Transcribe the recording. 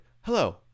Hello